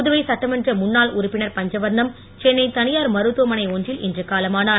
புதுவை சட்டமன்ற முன்னாள் உறுப்பினர் பஞ்சவர்ணம் சென்னை தனியார் மருத்துவமனை ஒன்றில் இன்று காலமானார்